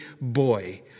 boy